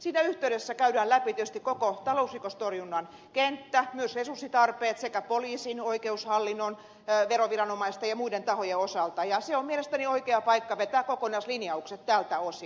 siinä yhteydessä käydään läpi tietysti koko talousrikostorjunnan kenttä myös resurssitarpeet poliisin oikeushallinnon veroviranomaisten ja muiden tahojen osalta ja se on mielestäni oikea paikka vetää kokonaislinjaukset tältä osin